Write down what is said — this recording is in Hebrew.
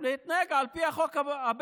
להתנהג על פי החוק הבין-לאומי.